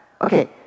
Okay